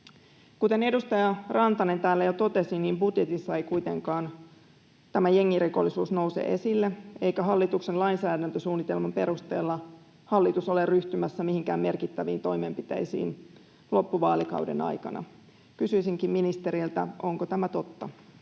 Kuten edustaja Rantanen täällä jo totesi, niin budjetissa ei kuitenkaan tämä jengirikollisuus nouse esille, eikä hallituksen lainsäädäntösuunnitelman perusteella hallitus ole ryhtymässä mihinkään merkittäviin toimenpiteisiin loppuvaalikauden aikana. Kysyisinkin ministeriltä: onko tämä totta?